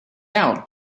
out